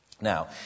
Now